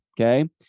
okay